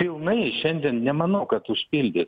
pilnai šiandien nemanau kad užpildys